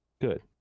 Good